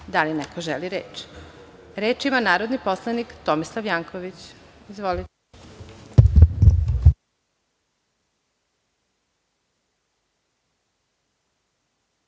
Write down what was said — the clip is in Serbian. li neko želi reč? Reč ima narodni poslanik Tomislav Janković. Izvolite.